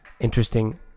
Interesting